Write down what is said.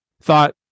thought